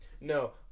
No